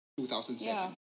2007